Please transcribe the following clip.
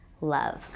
love